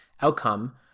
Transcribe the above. outcome